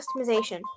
customization